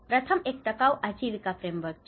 પ્રથમ એક ટકાઉ આજીવિકા ફ્રેમવર્ક છે